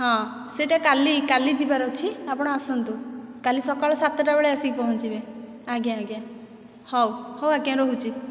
ହଁ ସେଇଟା କାଲି କାଲି ଯିବାର ଅଛି ଆପଣ ଆସନ୍ତୁ କାଲି ସକାଳ ସାତଟା ବେଳେ ଆସିକି ପହଞ୍ଚିବେ ଆଜ୍ଞା ଆଜ୍ଞା ହେଉ ହେଉ ଆଜ୍ଞା ରହୁଛି